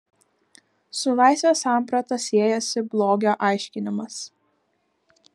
su laisvės samprata siejasi blogio aiškinimas